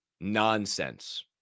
nonsense